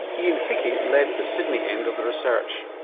ian hickie led the sydney end of the research.